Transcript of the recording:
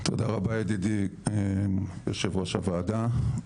תודה רבה ידידי, יושב ראש הוועדה.